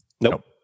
Nope